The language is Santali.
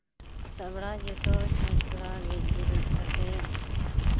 ᱥᱮᱛᱟᱜ ᱵᱮᱲᱟ ᱡᱚᱛᱚ ᱪᱷᱚᱸᱪ ᱪᱷᱚᱲᱟ ᱜᱮᱡ ᱜᱩᱨᱤᱡ ᱠᱟᱛᱮᱫ